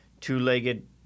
two-legged